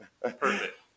Perfect